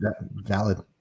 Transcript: valid